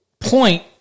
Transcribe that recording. point